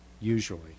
Usually